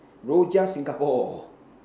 Rojak Singapore